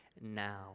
now